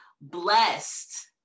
Blessed